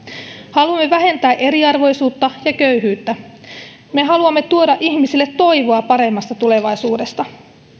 haluamme vähentää eriarvoisuutta ja köyhyyttä me haluamme tuoda ihmisille toivoa paremmasta tulevaisuudesta